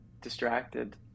distracted